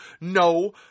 no